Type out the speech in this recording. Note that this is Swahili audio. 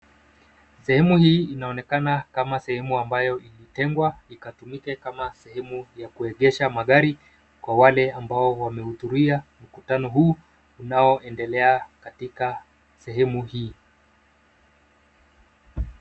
Sehemu hii inaonekana kama sehemu ambayo imetengwa ikatumike kama sehemu ya kuegesha magari kwa wale ambao wamehudhuria mkutano huu unaoendelea katika sehemu hii.